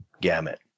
gamut